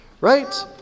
right